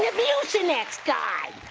yeah mucinex guy.